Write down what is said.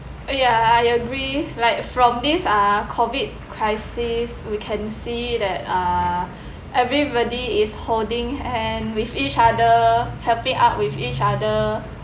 ya I agree like from this uh COVID crisis we can see that uh everybody is holding hand with each other helping out with each other